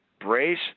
brace